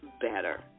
better